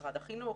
משרד החינוך,